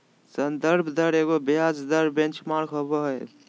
संदर्भ दर एगो ब्याज दर बेंचमार्क होबो हइ